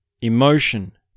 emotion